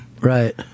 Right